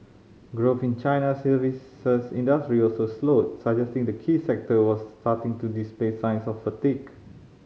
growth in China's services industry also slowed suggesting the key sector was starting to display signs of fatigue